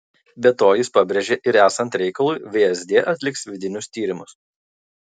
be to ji pabrėžė ir esant reikalui vsd atliks vidinius tyrimus